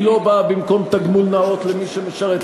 היא לא באה במקום תגמול נאות למי שמשרת.